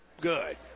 Good